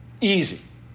Easy